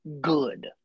good